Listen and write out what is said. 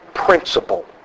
principle